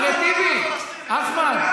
--- הפלסטינים --- אחמד,